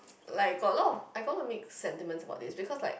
like got a lot of I got a lot of mixed sentiments about this because like